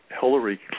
Hillary